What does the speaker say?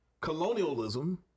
colonialism